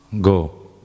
go